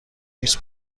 نیست